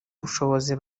bushobozi